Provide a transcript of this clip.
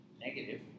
negative